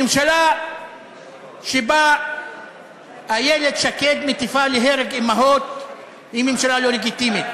ממשלה שבה איילת שקד מטיפה להרג אימהות היא ממשלה לא לגיטימית.